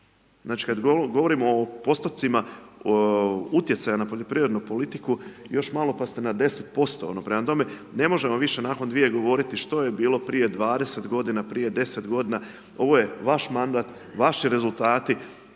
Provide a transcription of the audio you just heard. Znači kad govorimo o postotcima utjecaja na poljoprivrednu politiku, još malo pa ste na 10% prema tome, ne možemo više nakon 2 govoriti što je bilo prije 20 g., prije 10 g., ovo je vaš mandat, vaši rezultati,